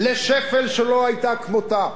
לשפל שלא היה כמותו.